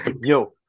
yo